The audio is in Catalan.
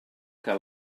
que